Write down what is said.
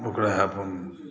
ओकरा अपन